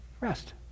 Rest